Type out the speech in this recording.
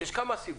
יש כמה סיבות.